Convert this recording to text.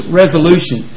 resolution